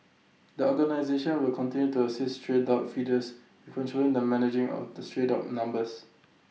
the organisation will continue to assist stray dog feeders with controlling and managing of the stray dog numbers